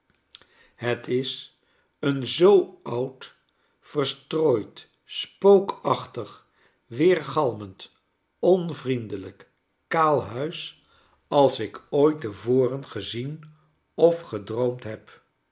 het is een zoo oud verstrooid spookachtig weergalmend onvriendelijk kaal huis als ik ooit te voren gezien of gedroomd heb